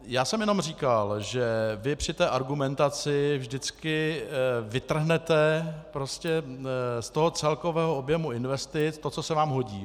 Já jsem jenom říkal, že vy při té argumentaci vždycky vytrhnete z celkového objemu investic to, co se vám hodí.